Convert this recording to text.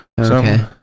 Okay